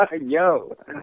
Yo